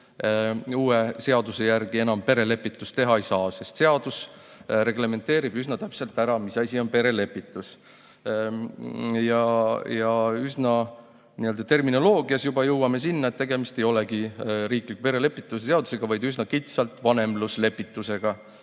uue seaduse järgi enam perelepitust teha ei saa, sest seadus reglementeerib üsna täpselt ära, mis asi on perelepitus. Terminoloogias jõuame aga juba sinna, et tegemist ei olegi riikliku perelepituse seadusega, vaid üsna kitsalt vanemluslepitusega,